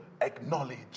acknowledge